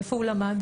איפה הוא למד?